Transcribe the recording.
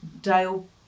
Dale